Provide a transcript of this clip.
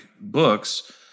books